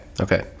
Okay